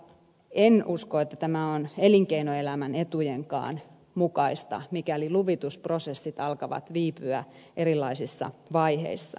en usko että tämä on elinkeinoelämänkään etujen mukaista mikäli luvitusprosessit alkavat viipyä erilaisissa vaiheissaan